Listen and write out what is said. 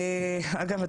אגב,